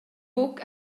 buc